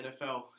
NFL